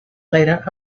later